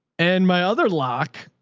and my other lock,